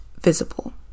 visible